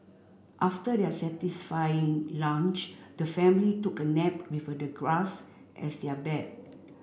after their satisfying lunch the family took a nap with the grass as their bed